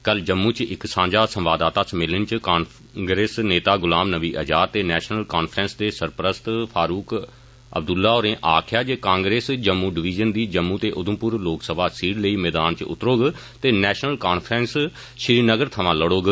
कल जम्मू इच इक सांझा संवाददाता सम्मेलन इच कांग्रेस नेता गुलाम नबी आजाद ते नैषनल कांफ्रैंस दे सरप्रस्त फारूक अब्दुल्ला होरें आक्खेया जे कांग्रेस जम्मू डिविजन दी जम्मू ते उधमपुर लोक सभा सीटें लेई मैदान इच उतरौग ते नैषनल कांफ्रैंस श्रीनगर थमा लडौग